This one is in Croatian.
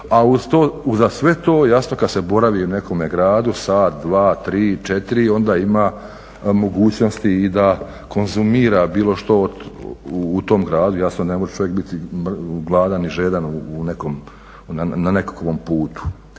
ne znam za što. A uza sve to jasno kad se boravi u nekome gradu sat, dva, tri, četiri onda ima mogućnosti i da konzumira bilo što u tom gradu, jasno ne može čovjek biti gladan i žedan na nekakvom putu.